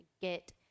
get